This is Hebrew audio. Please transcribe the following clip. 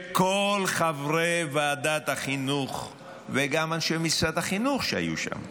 כל חברי ועדת החינוך וגם אנשי משרדי החינוך שהיו שם,